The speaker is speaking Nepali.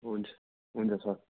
हुन्छ हुन्छ सर